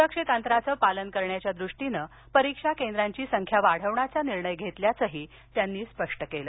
सुरक्षित अंतराचं पालन करण्याच्या द्रष्टीनं परीक्षा केंद्रांची संख्या वाढवण्याचा निर्णय घेतल्याचं त्यांनी स्पष्ट केलं